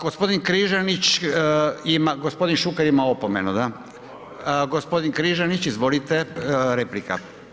Gospodin Križanić ima, gospodin Šuker ima opomenu da, gospodin Križanić izvolite, replika.